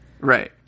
Right